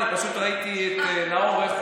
פשוט ראיתי את נאור,